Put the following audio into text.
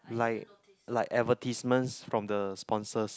like like advertisements from the sponsors